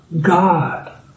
God